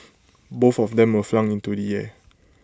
both of them were flung into the air